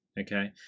okay